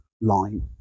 line